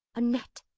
a net,